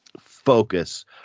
focus